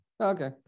okay